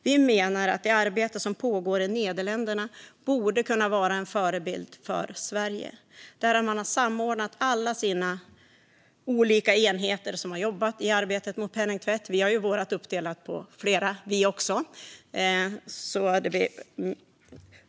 Vi menar att det arbete som pågår i Nederländerna borde vara en förebild för Sverige. Där har man samordnat alla sina olika enheter som finns i arbetet mot penningtvätt. Här är också arbetet uppdelat på flera enheter.